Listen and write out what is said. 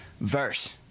verse